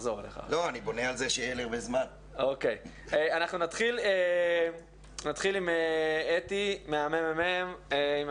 אנחנו נתחיל עם אתי ממרכז המידע והמחקר של הכנסת,